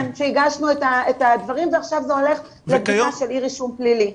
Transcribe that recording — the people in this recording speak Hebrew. שהגשנו את הדברים ואחר כך זה הולך לבדיקה של אי רישום פלילי.